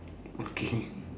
okay